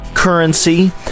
Currency